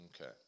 Okay